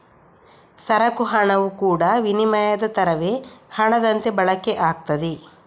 ಸರಕು ಹಣವು ಕೂಡಾ ವಿನಿಮಯದ ತರವೇ ಹಣದಂತೆ ಬಳಕೆ ಆಗ್ತದೆ